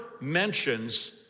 mentions